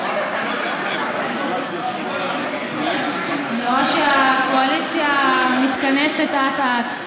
אני רואה שהקואליציה מתכנסת אט-אט.